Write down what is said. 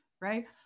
right